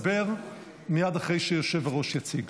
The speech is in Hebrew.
יכולים לדבר מייד אחרי שהיושב-ראש יציג.